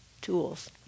tools